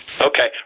okay